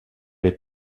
les